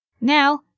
Now